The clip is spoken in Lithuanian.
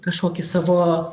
kažkokį savo